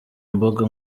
imbuga